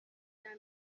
گلدان